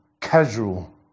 casual